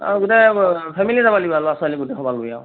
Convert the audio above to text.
অ family যাব লাগিব ল'ৰা ছোৱালী গোটেইসোপা লৈ আৰু